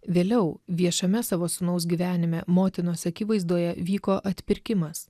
vėliau viešame savo sūnaus gyvenime motinos akivaizdoje vyko atpirkimas